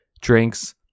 drinks